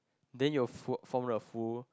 then you will fo~ form the full